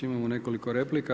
Imamo nekoliko replika.